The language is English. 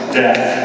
death